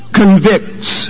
convicts